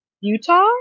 Utah